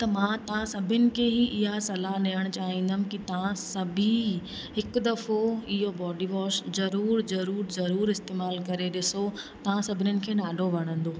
त मां तव्हां सभिनि खे इहा सलाहु ॾियणु चाहींदमि की तव्हां सभई हिकु दफ़ो इहो बॉडी वॉश ज़रूरु ज़रूरु ज़रूरु इस्तेमाल करे ॾिसो तव्हां सभिनीनि खे ॾाढो वणंदो